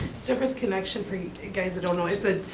service connection for guys that don't know, it's a